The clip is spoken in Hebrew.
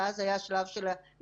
שאז היה שלב של הצטברות.